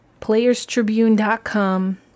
Playerstribune.com